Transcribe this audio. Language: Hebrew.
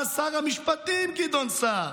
אז שר המשפטים גדעון סער.